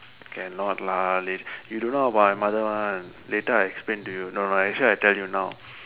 cannot lah you don't know about my mother one later I explain to you no no actually I tell you now